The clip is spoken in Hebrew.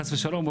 חס ושלום,